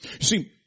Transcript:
see